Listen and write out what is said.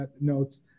notes